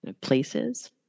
places